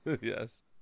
Yes